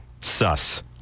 Sus